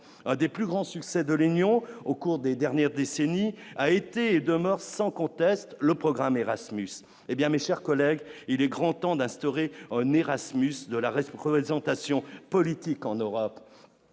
un des plus grands succès de l'Union au cours des dernières décennies a été et demeure sans conteste le programme Erasmus, hé bien, mes chers collègues, il est grand temps d'instaurer un Erasmus de la rescousse représentation politique en Europe